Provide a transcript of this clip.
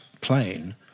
plane